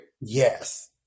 Yes